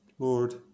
Lord